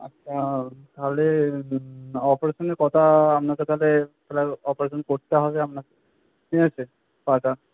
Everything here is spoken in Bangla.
আচ্ছা তাহলে অপারেশনের কথা আপনাকে তাহলে অপারেশন করতে হবে আপনাকে ঠিক আছে পাটা